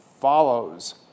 follows